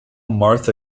martha